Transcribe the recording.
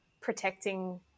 protecting